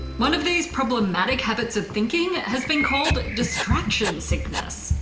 one of these problematic habits of thinking has been called distraction sickness.